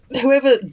Whoever